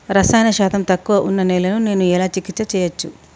రసాయన శాతం తక్కువ ఉన్న నేలను నేను ఎలా చికిత్స చేయచ్చు?